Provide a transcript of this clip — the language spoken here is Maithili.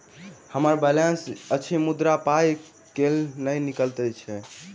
हम्मर बैलेंस अछि मुदा पाई केल नहि निकलैत अछि?